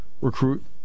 recruit